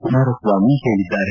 ಕುಮಾರಸ್ವಾಮಿ ಹೇಳಿದ್ದಾರೆ